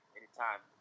anytime